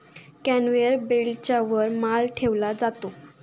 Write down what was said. conveyor बेल्टच्या वर माल ठेवला जातो